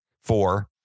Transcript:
four